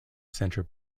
center